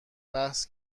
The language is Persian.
بحث